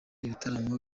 ibitaramo